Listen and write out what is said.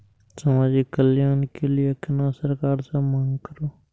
समाजिक कल्याण के लीऐ केना सरकार से मांग करु?